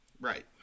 Right